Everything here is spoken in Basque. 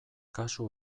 kasu